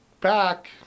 back